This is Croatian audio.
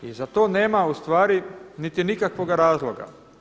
I za to nema ustvari niti nikakvoga razloga.